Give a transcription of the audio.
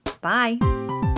Bye